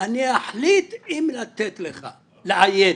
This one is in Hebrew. אני אחליט אם לתת לך לעיין.